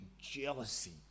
jealousy